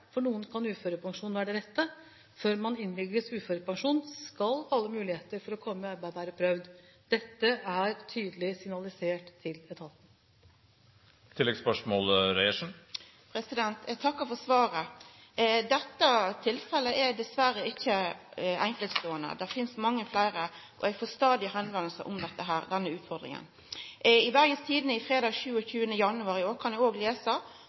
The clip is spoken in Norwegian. For noen kan uførepensjon være det rette. Før man innvilges uførepensjon, skal alle muligheter for å komme i arbeid være prøvd. Dette er tydelig signalisert til etaten. Eg takkar for svaret. Dette tilfellet er dessverre ikkje enkeltståande. Det finst mange fleire, og eg får stadig spørsmål om denne utfordringa. I Bergens Tidende fredag 27. januar i år kan ein òg lesa om eit nytt tilfelle der ein person faktisk måtte gi opp, og